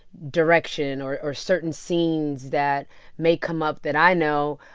direction or or certain scenes that may come up that i know,